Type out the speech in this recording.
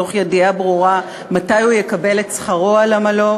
תוך ידיעה ברורה מתי הוא יקבל את שכרו על עמלו.